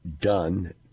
done